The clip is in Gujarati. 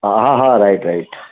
હા હા રાઇટ રાઇટ